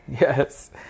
Yes